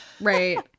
Right